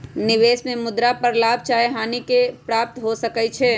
निवेश में मुद्रा पर लाभ चाहे हानि के प्राप्ति हो सकइ छै